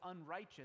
unrighteous